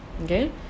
okay